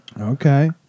Okay